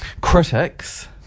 critics